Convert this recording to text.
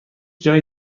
جای